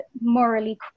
morally